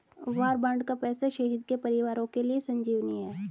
वार bond का पैसा शहीद के परिवारों के लिए संजीवनी है